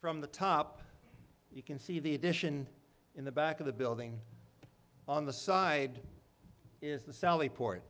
from the top you can see the addition in the back of the building on the side is the sally po